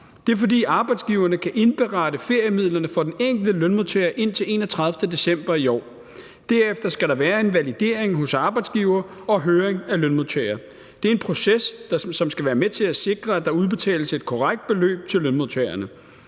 Det er, fordi arbejdsgiverne kan indberette feriemidlerne for den enkelte lønmodtager indtil den 31. december i år. Derefter skal der være en validering hos arbejdsgiver og høring af lønmodtager. Det er en proces, som skal være med til at sikre, at der udbetales et korrekt beløb til lønmodtageren.